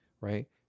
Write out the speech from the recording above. right